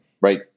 right